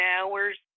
hours